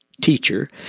teacher